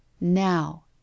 Now